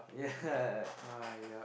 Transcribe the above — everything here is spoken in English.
yeah